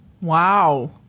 Wow